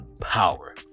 power